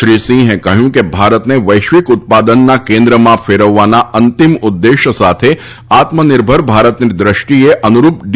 શ્રી સિંહે કહ્યું કે ભારતને વૈશ્વિક ઉત્પાદન કેન્દ્રમાં ફેરવવાના અંતિમ ઉદ્દેશ સાથે આત્મનિર્ભર ભારતની દ્રષ્ટિને અનુરૂપ ડી